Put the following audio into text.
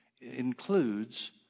includes